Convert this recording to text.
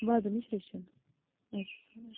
نِش رٔچھِنۍ اسہِ